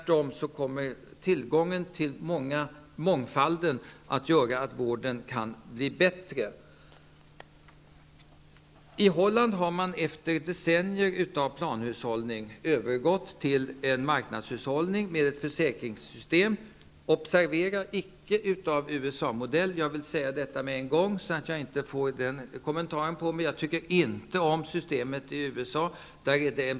Tillgången till mångfalden kommer tvärtom att innebära att vården kan bli bättre. I Holland har man efter decennier av planhushållning övergått till en marknadshushållning med ett försäkringssystem. Observera att det icke är ett system av USA modell. Jag vill säga detta på en gång, så att jag inte får sådana kommentarer. Jag tycker inte om systemet i USA.